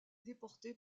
déportée